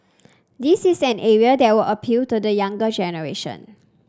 this is an area that would appeal to the younger generation